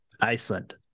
Iceland